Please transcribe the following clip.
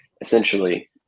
essentially